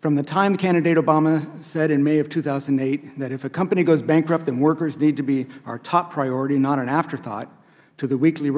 from the time candidate obama said in may of two thousand and eight that if a company goes bankrupt and workers need to be our top priority not an afterthought to the weekly